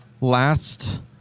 last